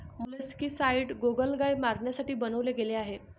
molluscicides गोगलगाय मारण्यासाठी बनवले गेले आहे